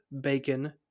bacon